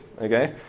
okay